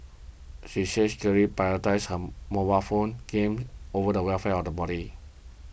she said she clearly prioritised him mobile phone game over the welfare of the body